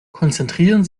konzentrieren